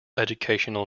educational